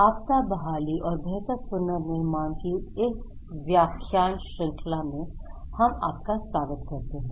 आपदा बहाली और बेहतर पुनर्निर्माण कि इस व्याख्यान श्रृंखला में हम आपका स्वागत करते हैं